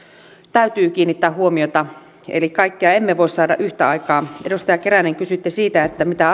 täytyy kiinnittää huomiota eli kaikkea emme voi saada yhtä aikaa edustaja keränen kysyitte siitä mitä